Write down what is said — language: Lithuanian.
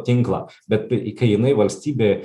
tinklą bet kai jinai valstybė